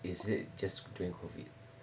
is it just between COVID